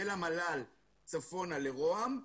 ולמל"ל וצפונה לראש הממשלה,